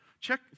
Check